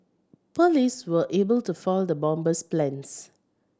police were able to foil the bomber's plans